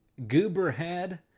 Gooberhead